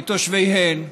לתושביהן,